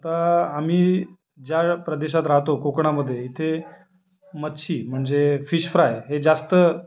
आता आम्ही ज्या प्रदेशात राहतो कोकणामध्ये इथे मच्छी म्हणजे फिश फ्राय हे जास्त